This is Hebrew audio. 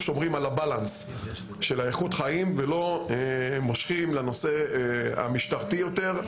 שומרים על הבאלאנס של איכות החיים ולא מושכים לנושא המשטרתי יותר.